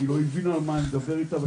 היא לא הבינה על מה אני מדבר איתה.